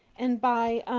and by